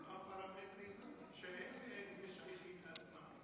הם לא הפרמטרים שהם משייכים לעצמם,